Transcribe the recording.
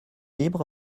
libre